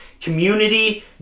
community